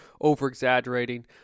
over-exaggerating